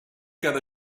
cada